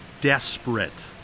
desperate